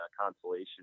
consolation